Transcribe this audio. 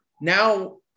Now